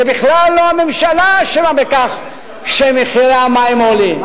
בכלל לא הממשלה אשמה בכך שמחירי המים עולים.